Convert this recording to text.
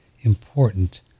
important